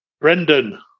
Brendan